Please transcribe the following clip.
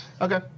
Okay